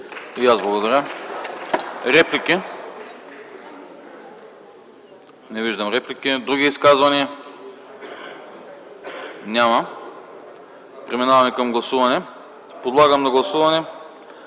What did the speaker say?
И аз благодаря. Реплики – не виждам реплики. Други изказвания няма. Преминаваме към гласуване. Подлагам на гласуване